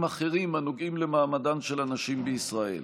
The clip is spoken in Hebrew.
אחרים הנוגעים למעמדן של הנשים בישראל.